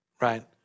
Right